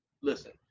listen